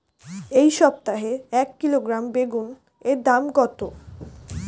এই সপ্তাহে এক কিলোগ্রাম বেগুন এর দাম কত?